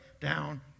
down